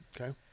Okay